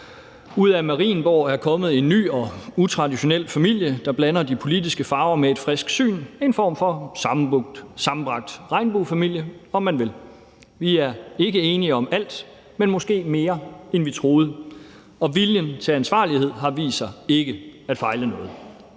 Ud fra Marienborg er kommet en ny og utraditionel familie, der blander de politiske farver med et frisk syn – en form for sammenbragt regnbuefamilie, om man vil. Vi er ikke enige om alt, men måske mere, end vi troede. Og viljen til ansvarlighed har vist sig ikke at fejle noget.